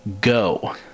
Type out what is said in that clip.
go